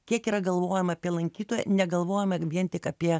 kiek yra galvojama apie lankytoją negalvojama vien tik apie